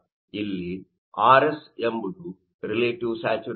ಆದ್ದರಿಂದ ಇಲ್ಲಿ RS ಎಂಬುದು ರಿಲೇಟಿವ್ ಸ್ಯಾಚುರೇಶನ್